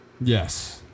Yes